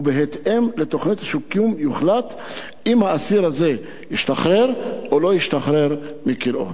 ובהתאם לתוכנית השיקום יוחלט אם האסיר הזה ישתחרר או לא ישתחרר מכלאו.